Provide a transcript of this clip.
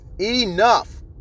enough